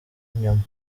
inyama